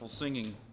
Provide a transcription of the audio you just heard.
singing